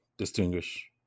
Distinguish